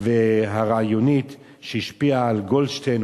והרעיונית שהשפיעה על גולדשטיין.